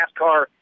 NASCAR